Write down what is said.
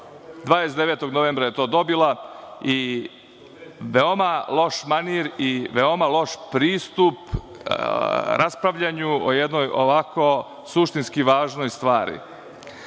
29. novembra je to dobila, i veoma loš manir, i veoma loš pristup raspravljanju o jednoj ovako suštinski važnoj stvari. Što